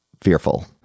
fearful